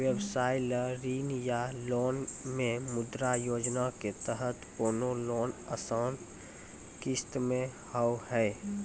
व्यवसाय ला ऋण या लोन मे मुद्रा योजना के तहत कोनो लोन आसान किस्त मे हाव हाय?